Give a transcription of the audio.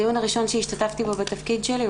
הדיון הראשון שהשתתפתי בו בתפקיד שלי,